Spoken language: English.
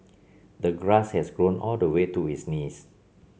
the grass has grown all the way to his knees